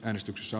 äänestyksessä